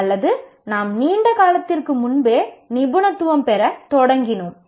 அல்லது நாம் நீண்ட காலத்திற்கு முன்பே நிபுணத்துவம் பெறத் தொடங்கினோம்